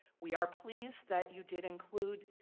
we are pleased that you did include